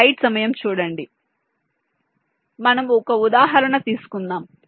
కాబట్టి మనము ఒక ఉదాహరణ తీసుకుందాము